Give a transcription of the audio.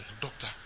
doctor